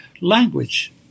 language